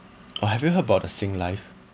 or have you heard about the singlife